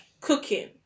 cooking